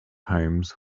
homes